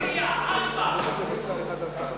ארבע, חבר הכנסת גפני.